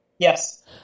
Yes